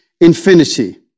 infinity